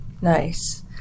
Nice